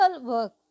work